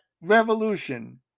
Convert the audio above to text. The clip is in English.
Revolution